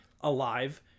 alive